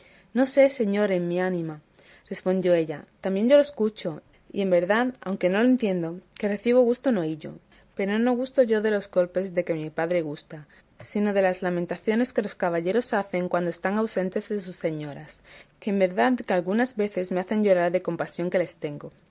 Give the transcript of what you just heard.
no sé señor en mi ánima respondió ella también yo lo escucho y en verdad que aunque no lo entiendo que recibo gusto en oíllo pero no gusto yo de los golpes de que mi padre gusta sino de las lamentaciones que los caballeros hacen cuando están ausentes de sus señoras que en verdad que algunas veces me hacen llorar de compasión que les tengo